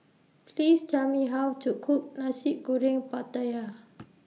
Please Tell Me How to Cook Nasi Goreng Pattaya